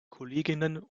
kolleginnen